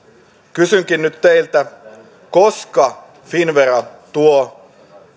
kysynkin nyt teiltä koska finnvera tuo